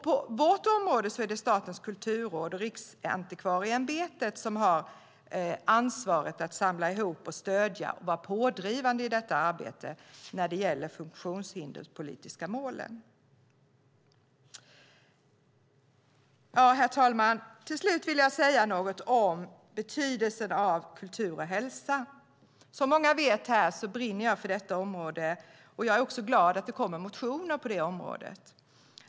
På vårt område är det Statens kulturråd och Riksantikvarieämbetet som har ansvaret för att vara samlande, stödjande och pådrivande i arbetet för att nå de funktionshinderspolitiska målen. Herr talman! Till slut vill jag säga något om betydelsen av kultur och hälsa. Som många här vet brinner jag för detta område. Jag är också glad för att det kommer motioner på detta område.